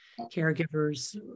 caregivers